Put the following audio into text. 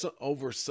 over